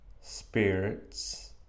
spirits